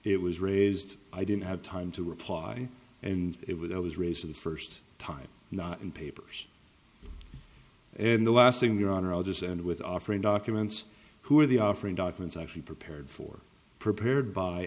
it was raised i didn't have time to reply and it was i was raised to the first time not in papers and the last thing your honor others and with offering documents who were the offering documents actually prepared for prepared by